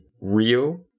real